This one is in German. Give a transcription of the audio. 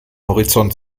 horizont